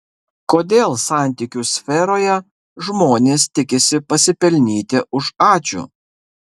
kodėl santykių sferoje žmonės tikisi pasipelnyti už ačiū